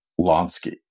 Lonsky